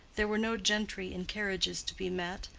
there were no gentry in carriages to be met,